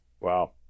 Wow